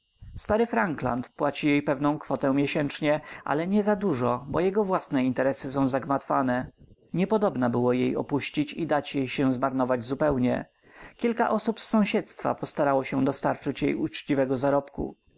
stary frankland płaci jej pewną kwotę miesięcznie ale nie dużo bo jego własne interesy są zagmatwane niepodobna było jej opuścić i dać jej się zmarnować zupełnie kilka osób z sąsiedztwa postarało się dostarczyć jej uczciwego zarobku